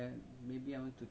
mm